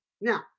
Now